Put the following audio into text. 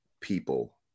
people